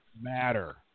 matter